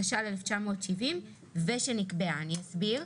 התש"ל 1970,ושנקבעה"; אני אסביר: